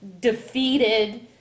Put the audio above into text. defeated